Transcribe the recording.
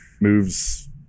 moves